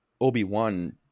Obi-Wan